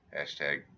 Hashtag